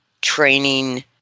training